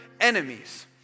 enemies